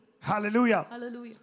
Hallelujah